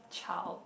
child